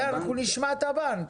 אנחנו נשמעה את הבנקים.